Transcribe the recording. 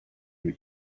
you